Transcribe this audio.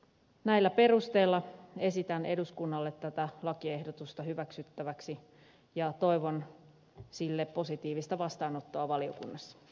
näillä perusteilla esitän eduskunnalle tätä lakiehdotusta hyväksyttäväksi ja toivon sille positiivista vastaanottoa valiokunnassa